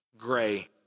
gray